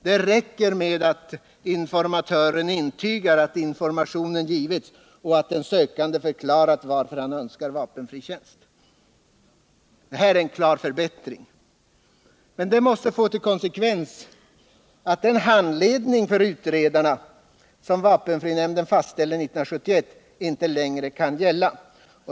Det räcker med att ”informatören” intygar att informationen givits och att den sökande förklarar varför han önskar vapenfri tjänst. Detta är en klar förbättring. Men det måste också få till konsekvens att den handledning för utredaren, som vapenfrinämnden fastställde 1971, inte längre kan gälla.